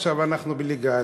עכשיו אנחנו בליגה א'.